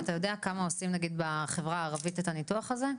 אתה יודע אולי כמה עושים בחברה הערבית את הניתוח הזה,